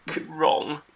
wrong